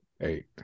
Eight